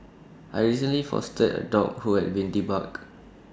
I recently fostered A dog who had been debarked